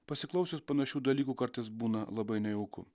pasiklausius panašių dalykų kartais būna labai nejauku